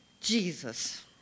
Jesus